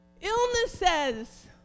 illnesses